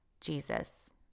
Jesus